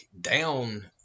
down